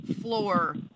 floor